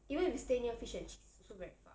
even if we stay near Fish&Chicks it is also very far